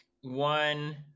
one